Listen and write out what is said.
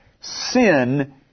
sin